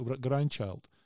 grandchild